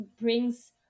brings